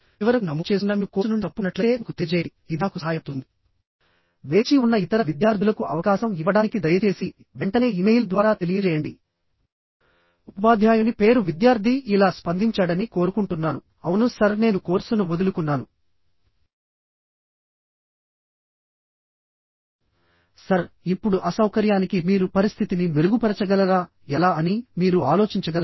చివరకు నమోదు చేసుకున్న మీరు కోర్సు నుండి తప్పుకున్నట్లయితే నాకు తెలియజేయండి ఇది నాకు సహాయపడుతుంది వేచి ఉన్న ఇతర విద్యార్థులకు అవకాశం ఇవ్వడానికి దయచేసి వెంటనే ఇమెయిల్ ద్వారా తెలియజేయండి ఉపాధ్యాయుని పేరు విద్యార్థి ఇలా స్పందించాడని కోరుకుంటున్నాను అవును సర్ నేను కోర్సును వదులుకున్నాను సర్ ఇప్పుడు అసౌకర్యానికి మీరు పరిస్థితిని మెరుగుపరచగలరా ఎలా అని మీరు ఆలోచించగలరా